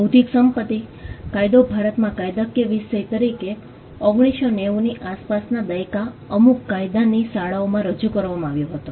બૌદ્ધિક સંપત્તિ કાયદો ભારતમાં કાયદાકીય વિષય તરીકે 1990ની આસપાસના દાયકા અમુક કાયદાની શાળાઓમાં રજૂ કરવામાં આવ્યો હતો